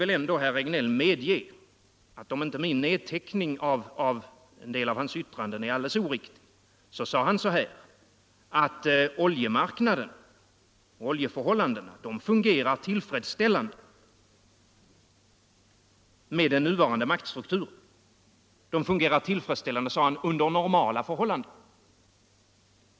Sedan borde väl herr Regnéll ändå medge att om inte min nedteckning av en del av hans yttranden är alldeles oriktig så sade han att oljemarknaden fungerar tillfredsställande med den nuvarande maktstrukturen ”under normala förhållanden”.